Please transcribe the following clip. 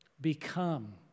become